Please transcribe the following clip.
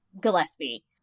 Gillespie